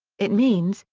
it means,